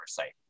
oversight